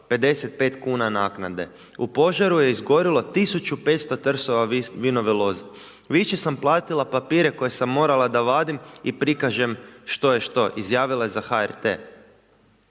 55 kn naknade, u požaru je izgorilo 1500 trsova vinove loze. Više sam platila papire koje sam morala da vadim i prikažem što je to, izjavila je za HRT.